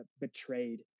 betrayed